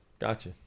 Gotcha